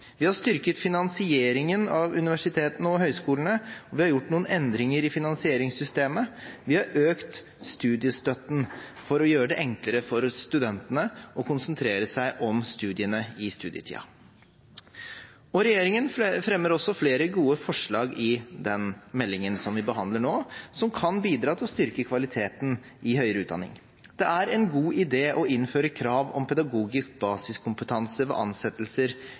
vi har styrket finansieringen av universitetene og høyskolene, vi har gjort noen endringer i finansieringssystemet, og vi har økt studiestøtten for å gjøre det enklere for studentene å konsentrere seg om studiene i studietiden. Regjeringen fremmer også flere gode forslag i den meldingen som vi behandler nå, som kan bidra til å styrke kvaliteten i høyere utdanning. Det er en god idé å innføre krav om pedagogisk basiskompetanse ved ansettelser